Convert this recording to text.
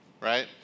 Right